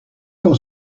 qu’on